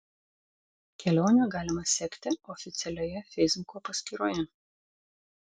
kelionę galima sekti oficialioje feisbuko paskyroje